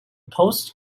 post